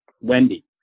Wendy